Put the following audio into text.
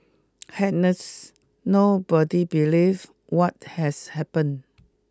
hence nobody believe what has happened